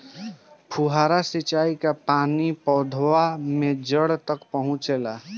फुहारा सिंचाई का पानी पौधवा के जड़े तक पहुचे ला?